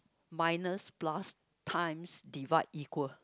minus plus times divide equal